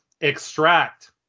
extract